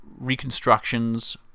reconstructions